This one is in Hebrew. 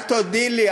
אל תודי לי.